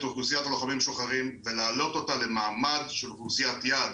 אוכלוסיית הלוחמים המשוחררים ולהעלות אותה למעמד של אוכלוסיית יעד,